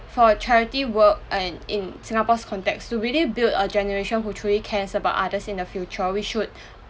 for charity work and in singapore's context to really build a generation who truly cares about others in the future we should